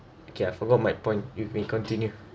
okay I forgot my point you may continue